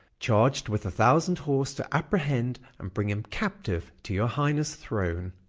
charg'd with a thousand horse, to apprehend and bring him captive to your highness' throne.